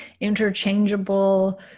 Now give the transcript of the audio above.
interchangeable